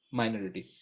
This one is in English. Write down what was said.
minority